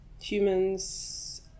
humans